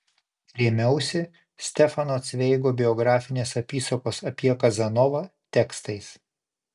rėmiausi stefano cveigo biografinės apysakos apie kazanovą tekstais